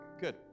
good